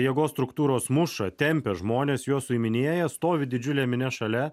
jėgos struktūros muša tempia žmones juos suiminėja stovi didžiulė minia šalia